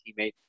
teammate